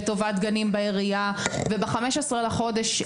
לטובת גני עירייה וב-15 לחודש,